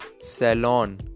Salon